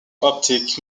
optic